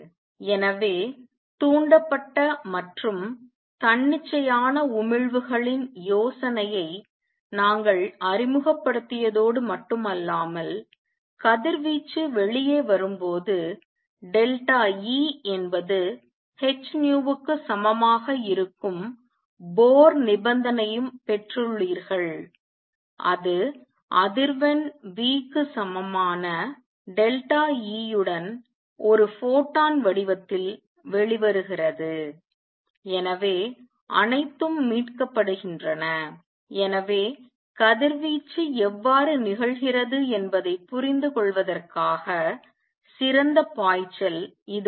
எனவே தூண்டப்பட்ட மற்றும் தன்னிச்சையான உமிழ்வுகளின் யோசனையை நாங்கள் அறிமுகப்படுத்தியுள்ளதோடு மட்டுமல்லாமல் கதிர்வீச்சு வெளியே வரும்போது E என்பது h க்கு சமமாக இருக்கும் போஃர் நிபந்தனையையும் பெற்றுள்ளீர்கள் அது அதிர்வெண் v க்கு சமமான E உடன் ஒரு ஃபோட்டான் வடிவத்தில் வெளிவருகிறது எனவே அனைத்தும் மீட்கப்படுகின்றன எனவே கதிர்வீச்சு எவ்வாறு நிகழ்கிறது என்பதைப் புரிந்துகொள்வதற்கான சிறந்த பாய்ச்சல் இதுவாகும்